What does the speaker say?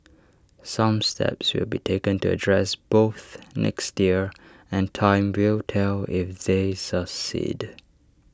some steps will be taken to address both next year and time will tell if they succeed